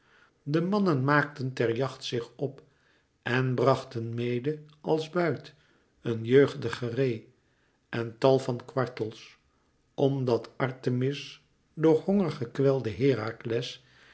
de mannen maakten ter jacht zich op en brachten mede als buit een jeugdige ree en tal van kwartels omdat artemis door honger gekwelden herakles